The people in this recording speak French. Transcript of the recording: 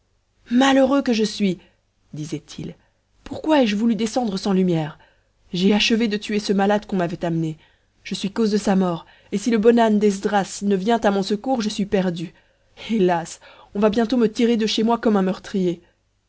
malheureux que je suis disait-il pourquoi ai-je voulu descendre sans lumière j'ai achevé de tuer ce malade qu'on m'avait amené je suis cause de sa mort et si le bon âne d'esdras ne vient à mon secours je suis perdu hélas on va bientôt me tirer de chez moi comme un meurtrier